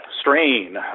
strain